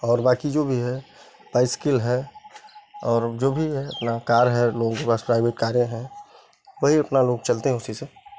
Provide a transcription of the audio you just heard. और बाकी जो भी है बाइसिकल है और जो भी है अपना कार है लोगों के पास प्राइवेट कारें हैं वही अपना लोग चलते हैं उसीसे